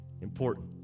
important